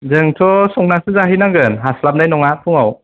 जोंथ' संनानैसो जाहैनांगोन हास्लाबनाय नङा फुङाव